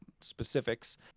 specifics